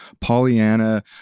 Pollyanna